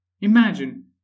Imagine